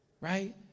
right